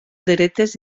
dretes